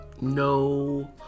No